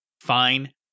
fine